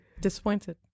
disappointed